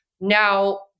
now